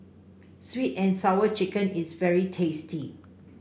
sweet and Sour Chicken is very tasty